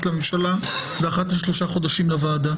לממשלה ואחת לשלושה חודשים לוועדה.